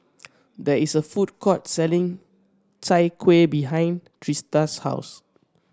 there is a food court selling Chai Kuih behind Trista's house